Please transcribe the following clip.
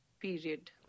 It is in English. period